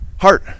heart